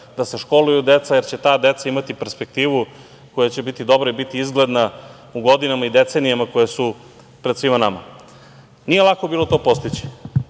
da se školuju deca, jer će ta deca imati perspektivu koja će biti dobra i biti izgledna u godinama i decenijama koje su pred svima nama. Nije lako bilo to postići.